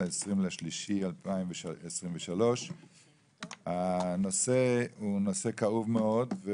20 במרץ 2023. הנושא הוא נושא כאוב מאוד,